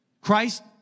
Christ